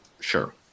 Sure